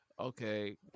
Okay